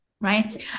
right